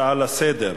נעבור לנושא: